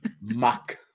muck